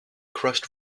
crushed